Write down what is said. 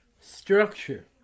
structure